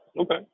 Okay